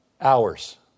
hours